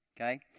Okay